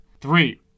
Three